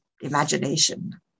imagination